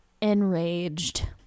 enraged